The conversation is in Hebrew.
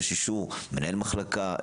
יש אישור מנהל מחלקה,